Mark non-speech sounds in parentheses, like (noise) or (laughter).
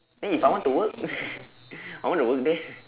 then if I want to work (laughs) I want to work there (laughs)